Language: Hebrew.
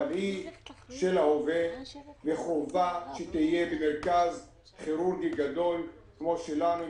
אבל היא של ההווה וחובה שתהיה במרכז כירורגי גדול כמו שלנו,